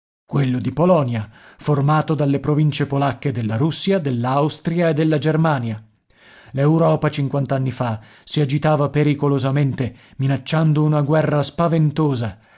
quello di polonia formato dalle province polacche della russia dell'austria e della germania l'europa cinquant'anni fa si agitava pericolosamente minacciando una guerra spaventosa